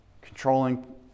controlling